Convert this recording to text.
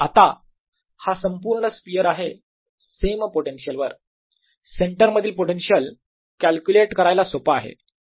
आता हा संपूर्ण स्पियर आहे सेम पोटेन्शियल वर सेंटरमधील पोटेन्शियल कॅल्क्युलेट करायला सोपा आहे